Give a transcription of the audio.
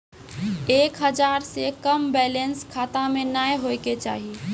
एक हजार से कम बैलेंस खाता मे नैय होय के चाही